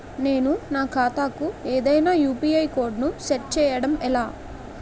నేను నా ఖాతా కు ఏదైనా యు.పి.ఐ కోడ్ ను సెట్ చేయడం ఎలా?